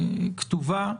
הכתובה.